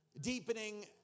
deepening